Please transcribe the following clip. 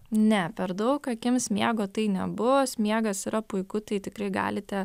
ne per daug akims miego tai nebus miegas yra puiku tai tikrai galite